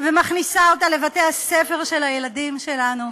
ומכניסה אותה לבתי-הספר של הילדים שלנו.